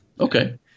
Okay